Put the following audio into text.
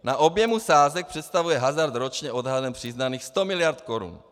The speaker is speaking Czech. Na objemu sázek představuje hazard ročně odhadem přiznaných 100 mld. korun.